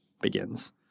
begins